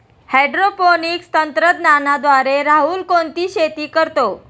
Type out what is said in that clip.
Hydroponics तंत्रज्ञानाद्वारे राहुल कोणती शेती करतो?